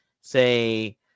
say